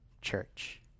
church